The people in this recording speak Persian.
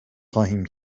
خواهیم